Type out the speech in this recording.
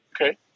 Okay